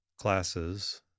Classes